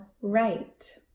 right